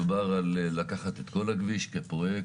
מדובר על לקחת את כל הכביש כפרויקט